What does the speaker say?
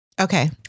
Okay